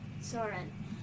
Soren